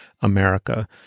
America